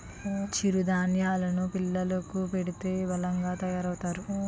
చిరు ధాన్యేలు ను పిల్లలకు పెడితే బలంగా తయారవుతారు